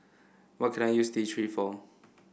what can I use T Three for